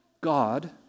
God